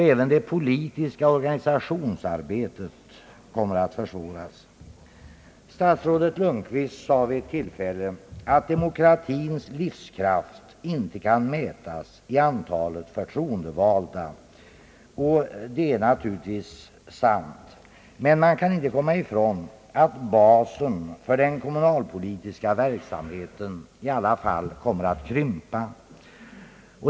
även det politiska organisationsarbetet kommer att försvåras. Statsrådet Lundkvist sade vid ett tillfälle att demokratins livskraft inte kan mätas i antalet förtroendevalda, och det är naturligtvis sant. Men basen för den kommunalpolitiska verksamheten kommer i alla fall att krympa.